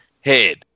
head